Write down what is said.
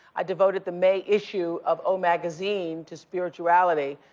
i devoted the may issue of o magazine to spirituality.